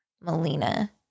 Melina